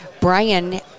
Brian